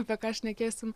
apie ką šnekėsim